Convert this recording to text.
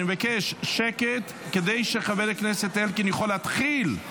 אני מבקש שקט כדי שחבר הכנסת אלקין יכול להתחיל.